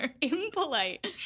Impolite